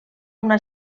una